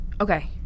Okay